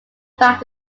back